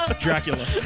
Dracula